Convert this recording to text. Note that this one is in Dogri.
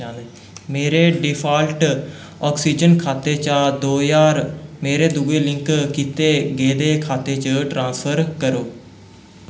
मेरे डिफाल्ट आक्सीजन खाते चा दो ज्हार मेरे दुए लिंक कीते गेदे खाते च ट्रांसफर करो